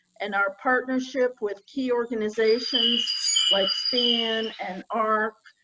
and our partnership with key organizations like span and arc,